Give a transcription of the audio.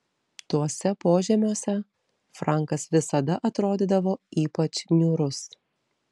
tuose požemiuose frankas visada atrodydavo ypač niūrus